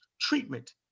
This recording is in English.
treatment